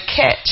catch